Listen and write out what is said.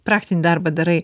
praktinį darbą darai